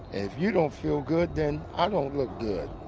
if you don't feel good, then i don't look good